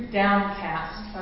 downcast